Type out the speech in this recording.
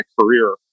career